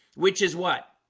which is what